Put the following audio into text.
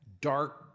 dark